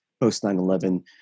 post-9-11